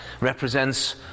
represents